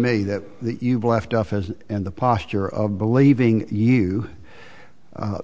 me that you've left office and the posture of believing you